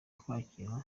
twakira